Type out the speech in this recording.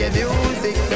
music